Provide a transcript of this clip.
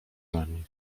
nami